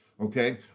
okay